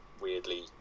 weirdly